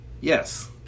Yes